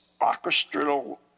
orchestral